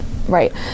Right